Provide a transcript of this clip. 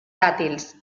dàtils